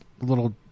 little